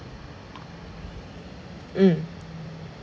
mm